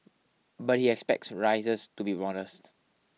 but he expects rises to be modest